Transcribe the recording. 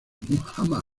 muhammad